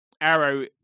Arrow